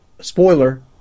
spoiler